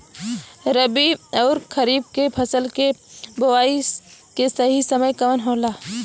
रबी अउर खरीफ के फसल के बोआई के सही समय कवन होला?